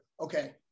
okay